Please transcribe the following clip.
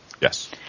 Yes